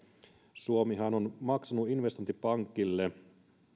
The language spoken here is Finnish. suomihan on maksanut investointipankille